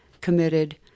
committed